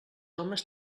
homes